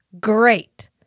great